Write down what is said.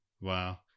Wow